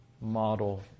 model